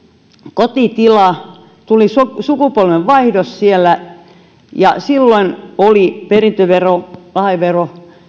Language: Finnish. kotitilallani tuli sukupolvenvaihdos ja silloin oli perintö ja lahjavero